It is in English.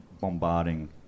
bombarding